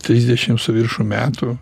trisdešim su viršum metų